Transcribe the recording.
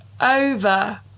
over